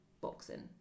boxing